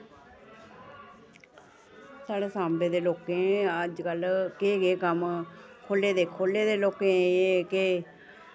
साढ़े सांबा दे लोकें गी अजकल्ल केह् केह् कम्म खोह्ल्ले दे लोकें खोह्ल्लै दे लोकें एह् कि